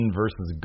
versus